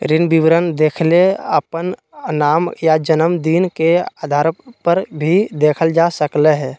ऋण विवरण देखेले अपन नाम या जनम दिन के आधारपर भी देखल जा सकलय हें